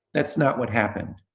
that's not what happened.